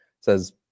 says